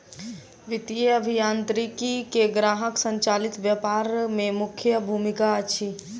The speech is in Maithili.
वित्तीय अभियांत्रिकी के ग्राहक संचालित व्यापार में मुख्य भूमिका अछि